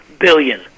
billion